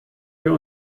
wir